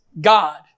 God